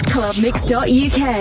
clubmix.uk